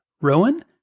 Rowan